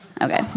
Okay